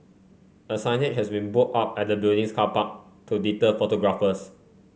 a signage has been put up at the building's car park to deter photographers